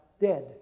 Dead